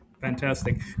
Fantastic